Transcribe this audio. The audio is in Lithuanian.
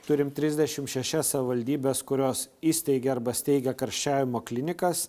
turim trisdešim šešias savivaldybės kurios įsteigia arba steigia karščiavimo klinikas